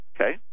Okay